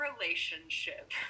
relationship